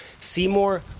Seymour